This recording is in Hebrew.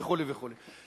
וכו' וכו'.